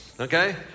okay